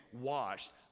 washed